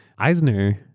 eisner,